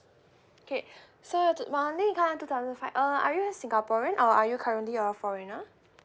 okay so t~ monthly income two thousand five uh are you a singaporean or are you currently a foreigner